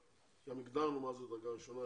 ואנחנו הגדרנו מה זו דרגה ראשונה,